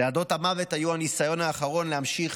צעדות המוות היו הניסיון האחרון להמשיך